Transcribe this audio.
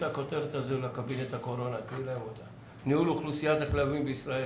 על ניהול אוכלוסיית הכלבים בישראל.